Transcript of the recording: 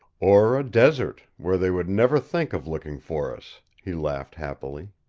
or a desert, where they would never think of looking for us, he laughed happily.